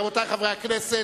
רבותי חברי הכנסת,